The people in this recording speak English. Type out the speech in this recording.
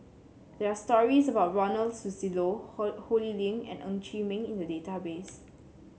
there are stories about Ronald Susilo Ho Lee Ling and Ng Chee Meng in the database